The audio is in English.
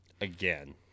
Again